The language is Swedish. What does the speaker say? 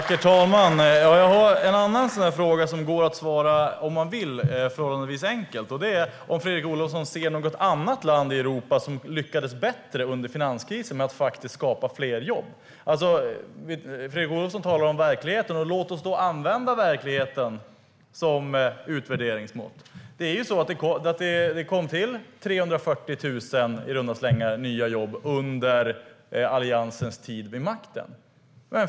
Herr talman! Jag har en annan fråga som det förhållandevis enkelt går att svara på om man vill. Ser Fredrik Olovsson något annat land i Europa som lyckades bättre under finanskrisen med att skapa fler jobb? Fredrik Olovsson talar om verkligheten. Låt oss då använda verkligheten som utvärderingsmått. Det kom i runda slängar till 340 000 nya jobb under Alliansens tid vid makten.